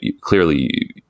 clearly